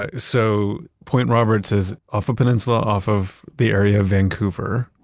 ah so, point roberts is off a peninsula off of the area of vancouver.